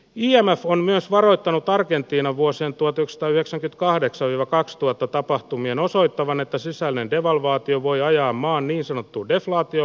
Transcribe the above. jämät on myös varoittanut argentiina vuosien tuotosta yhdeksän kahdeksan ja kaksituhatta tapahtumien osoittavan että sisäinen devalvaatio voi ajamaan niin sanottu deflaatio